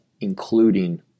including